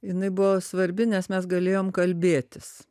jinai buvo svarbi nes mes galėjom kalbėtis